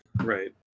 right